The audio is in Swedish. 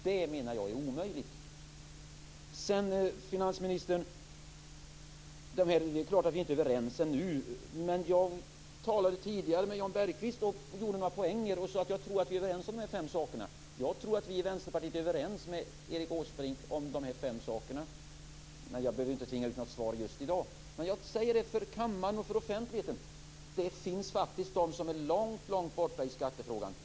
Det menar jag är omöjligt. Det är klart att vi inte är överens ännu, finansministern. Men jag talade tidigare med Jan Bergqvist och gjorde några poäng. Jag sade att jag tror att vi är överens om de här fem sakerna. Jag tror att vi i Vänsterpartiet är överens med Erik Åsbrink om de här fem sakerna. Jag behöver inte tvinga fram något svar just i dag. Men jag säger det för kammaren och för offentligheten. Det finns faktiskt de som är långt borta i skattefrågan.